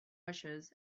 wishes